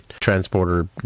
transporter